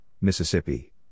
Mississippi